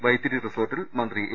വൈത്തിരി റിസോർട്ടിൽ മന്ത്രി എ